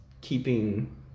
keeping